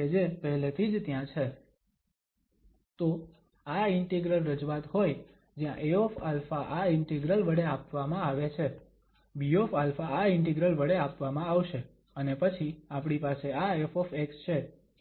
તો આ ઇન્ટિગ્રલ રજૂઆત હોય જ્યાં Aα આ ઇન્ટિગ્રલ વડે આપવામાં આવે છે Bα આ ઇન્ટિગ્રલ વડે આપવામાં આવશે અને પછી આપણી પાસે આ ƒ છે